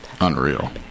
unreal